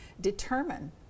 determine